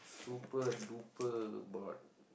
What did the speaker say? super duper board